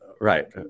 right